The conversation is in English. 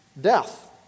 death